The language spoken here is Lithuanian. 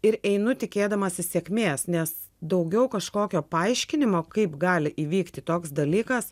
ir einu tikėdamasis sėkmės nes daugiau kažkokio paaiškinimo kaip gali įvykti toks dalykas